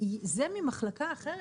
זה ממחלקה אחרת,